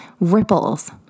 ripples